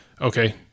okay